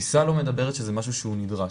התפיסה לא מדברת שזה משהו שהוא נדרש,